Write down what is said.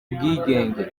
bwigenge